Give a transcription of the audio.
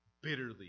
bitterly